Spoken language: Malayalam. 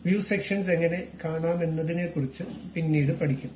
വ്യൂ സെക്ഷൻസ് എങ്ങനെ കാണാമെന്നതിനെക്കുറിച്ച് പിന്നീട് പഠിക്കും